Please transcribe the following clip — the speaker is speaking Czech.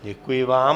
Děkuji vám.